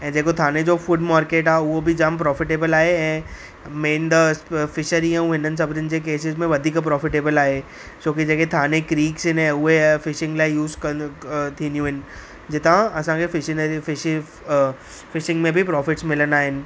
ऐं जेको थाणे जो फूड मार्केट आहे उहो बि जाम प्रोफिटेबल आहे ऐं मेन त फिशरी ऐं हिननि सभिनिनि जे केसिस में वधीक प्रोफिटेबल आहे छो कि जेके थाणे क्रीक्स आहिनि ऐं उहे फिशिंग लाइ यूस थींदियूं आहिनि जितां असांखे फिशिनरी फिशिंग में बि प्रॉफिट्स मिलंदा आहिनि